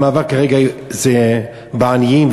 המאבק כרגע זה בעניים,